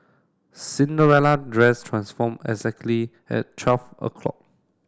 Cinderella dress transformed exactly at twelve o'clock